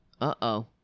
Uh-oh